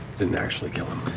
didn't actually kill him.